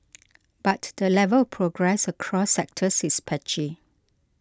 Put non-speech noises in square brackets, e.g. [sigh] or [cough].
[noise] but the level of progress across sectors is patchy